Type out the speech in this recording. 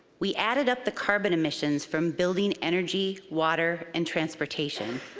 we added up the carbon emissions from building, energy, water, and transportation,